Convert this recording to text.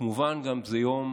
וכמובן גם זה יום